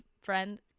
friend